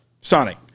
Sonic